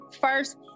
First